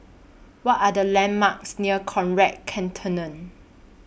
What Are The landmarks near Conrad Centennial